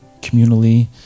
communally